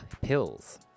Pills